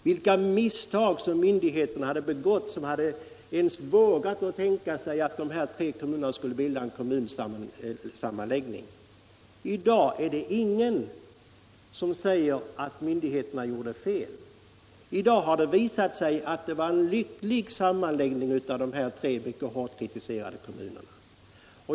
Vilka misstag hade inte begåtts av myndigheterna, som ens vågat tänka sig att dessa tre kommuner skulle läggas samman! I dag säger ingen att myndigheterna gjorde fel. I dag har det visat sig vara en lycklig sammanläggning av dessa tre kommuner.